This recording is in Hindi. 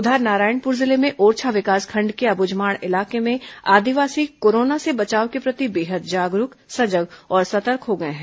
उधर नारायणपुर जिले में ओरछा विकासखंड के अबूझमाड़ इलाके में आदिवासी कोरोना से बचाव के प्रति बेहद जागरूक सजग और सतर्क हो गए हैं